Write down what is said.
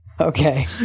Okay